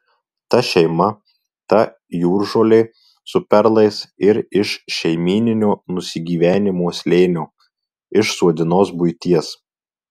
ta šeima ta jūržolė su perlais ir iš šeimyninio nusigyvenimo slėnio iš suodinos buities